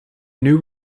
new